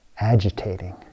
agitating